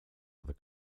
other